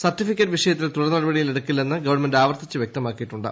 certificate വിഷയത്തിൽ തുടർ നടപടിയിൽ എടുക്കില്ലെന്ന് ഗവൺമെന്റ് ആവർത്തിച്ച് വൃക്തമാക്കിയിട്ടുണ്ട്